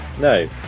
No